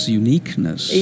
uniqueness